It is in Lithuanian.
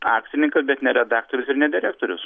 akcininkas bet ne redaktorius ir ne direktorius